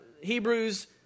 Hebrews